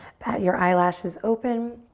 bat your eyelashes open.